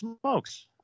smokes